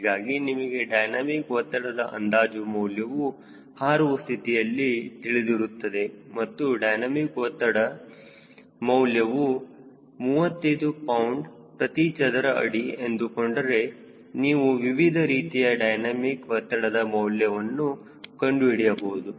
ಹೀಗಾಗಿ ನಿಮಗೆ ಡೈನಮಿಕ್ ಒತ್ತಡದ ಅಂದಾಜು ಮೌಲ್ಯವು ಹಾರುವ ಸ್ಥಿತಿಯಲ್ಲಿ ತಿಳಿದಿರುತ್ತದೆ ಮತ್ತು ಡೈನಮಿಕ್ ಒತ್ತಡದ ಮೌಲ್ಯವು 35 ಪೌಂಡ್ ಪ್ರತಿ ಚದರ ಅಡಿ ಎಂದುಕೊಂಡರೆ ನೀವು ವಿವಿಧ ರೀತಿಯ ಡೈನಮಿಕ್ ಒತ್ತಡದ ಮೌಲ್ಯವನ್ನು ಕಂಡುಹಿಡಿಯಬಹುದು